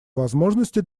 возможности